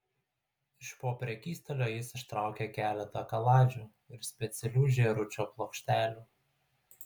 iš po prekystalio jis ištraukė keletą kaladžių ir specialių žėručio plokštelių